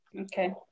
Okay